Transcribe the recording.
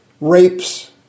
Rapes